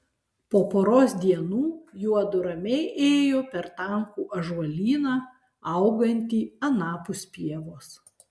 po poros dienų juodu ramiai ėjo per tankų ąžuolyną augantį anapus pievos